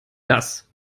das